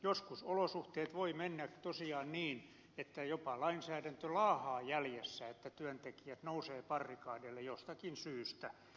joskus olosuhteet voivat mennä tosiaan niin että jopa lainsäädäntö laahaa jäljessä että työntekijät nousevat barrikadeille jostakin syystä